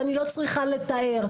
ואני לא צריכה לתאר.